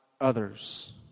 others